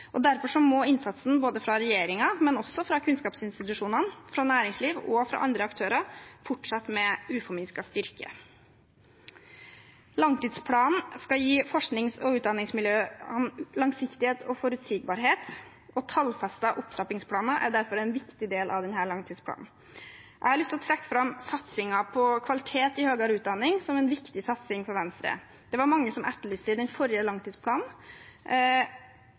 Derfor må innsatsen fra både regjeringen, kunnskapsinstitusjonene, næringslivet og andre aktører fortsette med uforminsket styrke. Langtidsplanen skal gi forsknings- og utdanningsmiljøene langsiktighet og forutsigbarhet, og tallfestede opptrappingsplaner er derfor en viktig del av denne langtidsplanen. Jeg har lyst til å trekke fram satsingen på kvalitet i høyere utdanning som en viktig satsing for Venstre. Det var det mange som etterlyste i den forrige langtidsplanen.